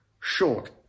short